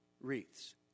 wreaths